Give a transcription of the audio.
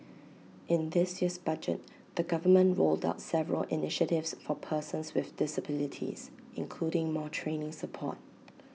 in this year's budget the government rolled out several initiatives for persons with disabilities including more training support